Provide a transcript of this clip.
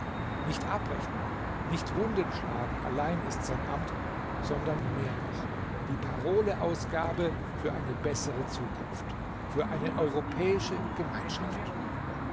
nicht abrechnung nicht wundenschlagen allein ist sein amt sondern mehr noch die paroleausgabe für eine bessere zukunft für eine europäische gemeinschaft